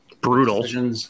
Brutal